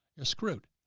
you're screwed.